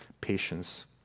patience